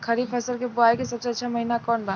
खरीफ फसल के बोआई के सबसे अच्छा महिना कौन बा?